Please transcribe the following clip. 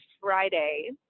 Friday